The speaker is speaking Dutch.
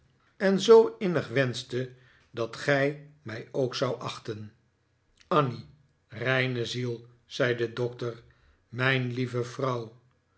en zoo innig wenschte dat gij mij ook zoudt achten annie reine ziel zei de doctor mijn lieve vrouw